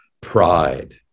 pride